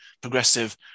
progressive